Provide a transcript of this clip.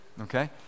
okay